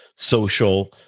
Social